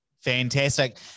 Fantastic